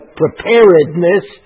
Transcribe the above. preparedness